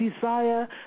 desire